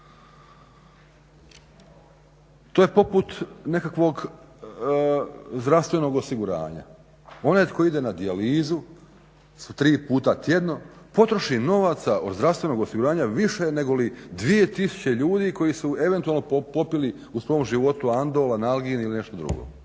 To je poput nekakvog zdravstvenog osiguranja. Onaj tko ide na dijalizu tri puta tjedno potroši novaca od zdravstvenog osiguranja više negoli 2000 ljudi koji su eventualno popili u svom životu andol, analgin ili nešto drugo.